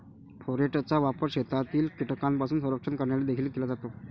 फोरेटचा वापर शेतातील कीटकांपासून संरक्षण करण्यासाठी देखील केला जातो